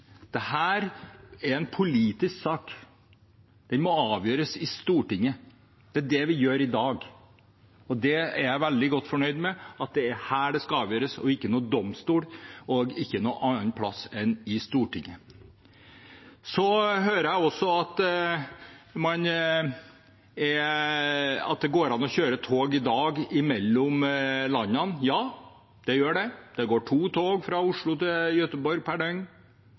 må avgjøres i Stortinget. Det er det vi gjør i dag. Det er jeg veldig godt fornøyd med, at det er her det skal avgjøres, ikke i noen domstol og ikke noe annet sted enn i Stortinget. Så hører jeg også at det går an å kjøre tog i dag mellom landene. Ja, det gjør det, det går to tog fra Oslo til Göteborg per døgn,